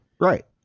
Right